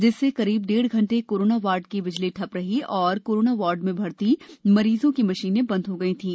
जिससे करीब डेढ़ घंटे कोरोना वार्डो की बिजली ठप रही और कोरोना वार्ड में भर्ती मरीजों की मशीनें बंद हो गई थीं